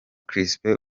crispin